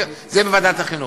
זה יהיה בוועדת החינוך.